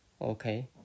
Okay